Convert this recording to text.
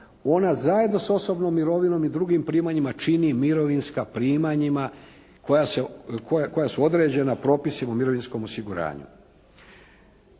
Ona zajedno sa osobnom mirovinom i drugim primanjima čini mirovinska primanja koja su određena propisima o mirovinskom osiguranju.